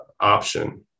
option